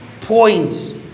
point